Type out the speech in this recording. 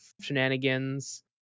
shenanigans